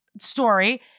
story